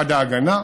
עד ההגנה,